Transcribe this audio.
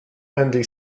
andy